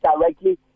directly